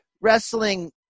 wrestling